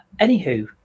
anywho